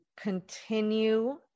continue